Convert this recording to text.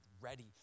ready